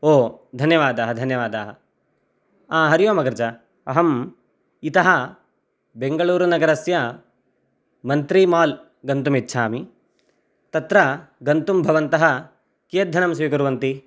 ओ धन्यवादाः धन्यवादाः हा हरि ओमगर्ज अहम् इतः बेङ्गळूरुनगरस्य मन्त्रीमाल् गन्तुमिच्छामि तत्र गन्तुं भवन्तः कियद्धनं स्वीकुर्वन्ति